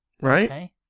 right